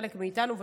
חלק מאיתנו,